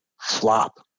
Flop